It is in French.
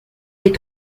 les